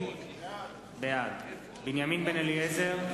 בעד בנימין בן-אליעזר,